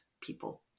people